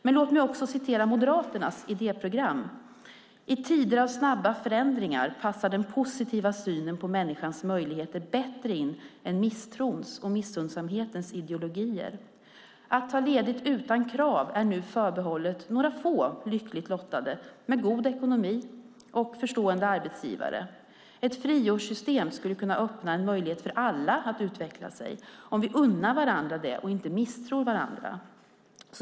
Men låt mig också citera Moderaternas idéprogram: "I tider av snabba förändringar passar den positiva synen på människans möjligheter bättre in än misstrons och missunnsamhetens ideologier." Att ta ledigt utan krav är nu förbehållet några få lyckligt lottade med god ekonomi och förstående arbetsgivare. Ett friårssystem skulle kunna öppna en möjlighet för alla att utveckla sig, om vi unnar varandra det och inte misstror varandra.